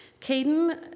Caden